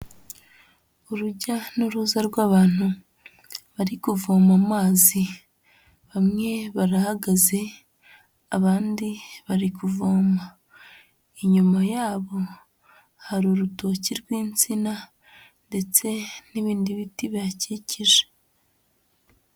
Urujya n'uruza rw'abantu bari kuvoma amazi, bamwe barahagaze abandi bari kuvoma. Inyuma yabo hari urutoki rw'insina ndetse n'ibindi biti bihakikije.